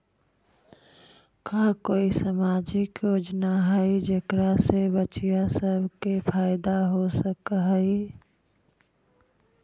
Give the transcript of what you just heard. का कोई सामाजिक योजना हई जेकरा से बच्चियाँ सब के फायदा हो सक हई?